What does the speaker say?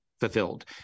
fulfilled